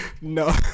No